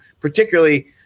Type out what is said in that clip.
Particularly